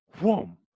Boom